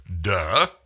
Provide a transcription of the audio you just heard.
Duh